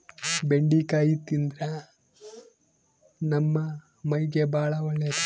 ಬೆಂಡಿಕಾಯಿ ತಿಂದ್ರ ನಮ್ಮ ಮೈಗೆ ಬಾಳ ಒಳ್ಳೆದು